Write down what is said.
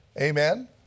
Amen